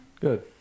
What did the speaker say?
Good